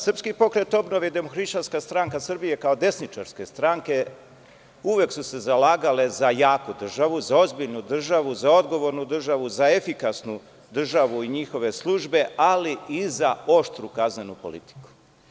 Srpski pokret obnove i DHSS, kao desničarske stranke, uvek su se zalagale za jaku državu, za ozbiljnu državu, za odgovornu državu, za efikasnu državu i njihove službe, ali i za oštru kaznenu politiku.